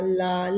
la